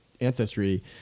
ancestry